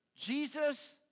Jesus